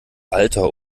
alter